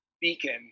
beacon